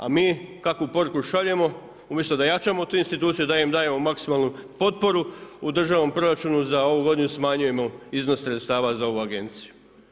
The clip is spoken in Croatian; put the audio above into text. A mi kakvu poruku šaljemo, umjesto da jačamo tu instituciju, da im dajemo maksimalnu potporu u državnom proračunu za ovu godinu smanjujemo iznos sredstava za ovu agenciju.